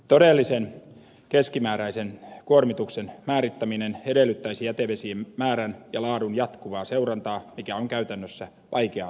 todellisen keskimääräisen kuormituksen määrittäminen edellyttäisi jätevesimäärän ja laadun jatkuvaa seurantaa mikä on käytännössä vaikeaa toteuttaa